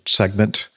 segment